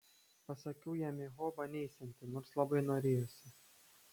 pasakiau jam į hobą neisianti nors labai norėjosi